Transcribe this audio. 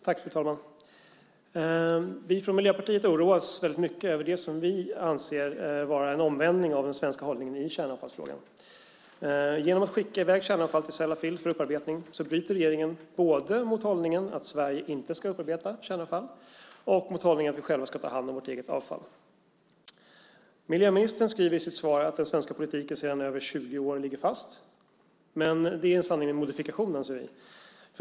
Fru talman! Vi i Miljöpartiet oroas mycket av det som vi anser vara en omvändning av den svenska hållningen i kärnavfallsfrågan. Genom att man skickar i väg kärnavfall till Sellafield för upparbetning bryter regeringen både mot hållningen att Sverige inte ska upparbeta kärnavfall och mot hållningen att vi själva ska ta hand om vårt eget avfall. Miljöministern säger i sitt svar att den svenska politiken sedan över 20 år ligger fast, men det är en sanning med modifikation.